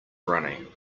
running